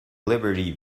liberty